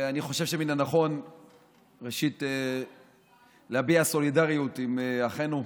אני חושב שמן הנכון ראשית להביע סולידריות עם אחינו,